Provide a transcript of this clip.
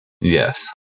Yes